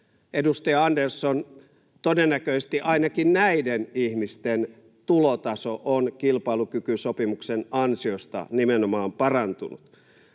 Edustaja Andersson, todennäköisesti ainakin näiden ihmisten tulotaso on kilpailukykysopimuksen ansiosta nimenomaan parantunut.